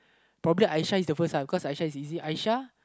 probably Aisha is the first uh cause Aisha is easy Aisha